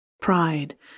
pride